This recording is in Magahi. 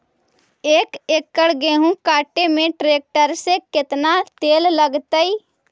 एक एकड़ गेहूं काटे में टरेकटर से केतना तेल लगतइ?